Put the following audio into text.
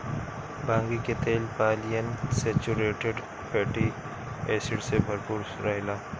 भांगी के तेल पालियन सैचुरेटेड फैटी एसिड से भरपूर रहेला